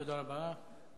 תודה רבה,